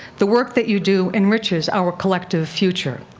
the work that you do enriches our collective future.